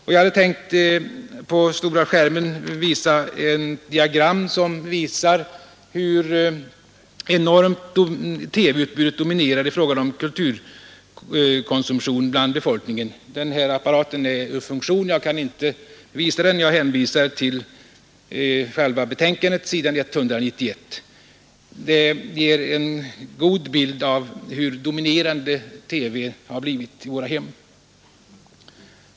Jag hade tänkt att på den stora Tisdagen den skärmen här i salen visa ett diagram som utvisar hur mycket TV-utbudet 5 december 1972 dominerar i fråga om kulturkonsumtion bland befolkningen. Denna ———— apparat är emellertid ur funktion, och jag kan inte visa diagrammet utan Rundradiofrågor hänvisar till själva betänkandet på s. 191. Där ges en god bild av hur dominerande TV har blivit.